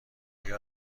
آیا